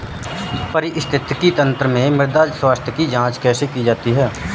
पारिस्थितिकी तंत्र में मृदा स्वास्थ्य की जांच कैसे की जाती है?